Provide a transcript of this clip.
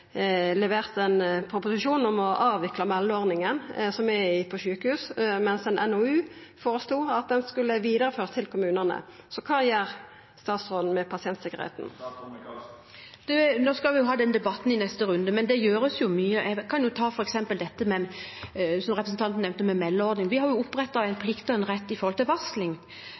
proposisjon om å avvikla meldeordninga som er på sjukehus, mens ein NOU føreslo at ho skulle vidareførast til kommunane. Kva gjer statsråden med pasientsikkerheita? Nå skal vi jo ha den debatten i neste runde, men det gjøres mye. Jeg kan f.eks. ta dette med meldeordning, som representanten nevnte. Vi har opprettet en plikt og en rett når det gjelder varsling.